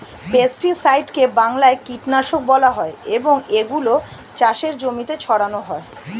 পেস্টিসাইডকে বাংলায় কীটনাশক বলা হয় এবং এগুলো চাষের জমিতে ছড়ানো হয়